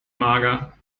mager